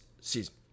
season